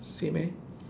same eh